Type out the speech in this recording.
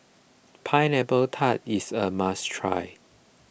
Pineapple Tart is a must try